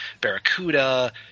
Barracuda